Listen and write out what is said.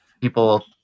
People